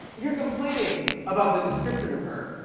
you're complaining about the description of her,